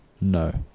No